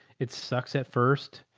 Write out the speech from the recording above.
it sucks at first,